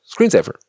screensaver